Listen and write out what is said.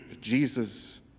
Jesus